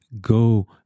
go